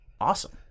awesome